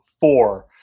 four